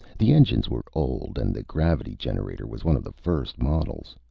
the engines were old, and the gravity generator was one of the first models.